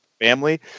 family